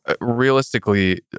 realistically